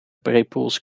brepoels